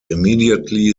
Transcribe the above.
immediately